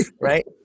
right